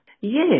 Yes